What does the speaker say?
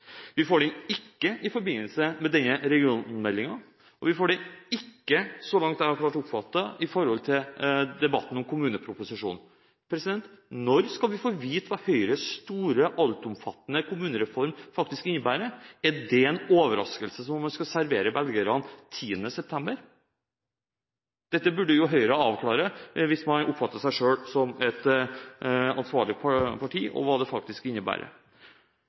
Vi får den ikke i forbindelse med denne regionmeldingen, og vi får den ikke – så langt jeg har klart å oppfatte – når det gjelder debatten om kommuneproposisjonen. Når skal vi få vite hva Høyres store, altomfattende kommunereform faktisk innebærer? Er det en overraskelse man skal servere velgerne den 10. september? Hva det faktisk innebærer, burde Høyre avklare hvis man oppfatter seg selv som et ansvarlig parti.